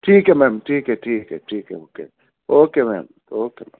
ٹھیک ہے میم ٹھیک ہے ٹھیک ہے ٹھیک ہے اوکے اوکے میم اوکے میم